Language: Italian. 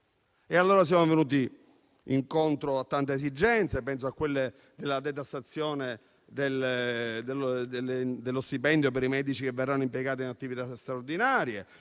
Siamo venuti incontro a tante esigenze, come quelle della detassazione dello stipendio per i medici che verranno impiegati in attività straordinarie.